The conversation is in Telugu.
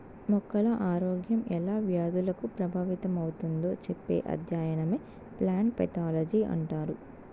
మొక్కల ఆరోగ్యం ఎలా వ్యాధులకు ప్రభావితమవుతుందో చెప్పే అధ్యయనమే ప్లాంట్ పైతాలజీ అంటారు